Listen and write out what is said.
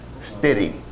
steady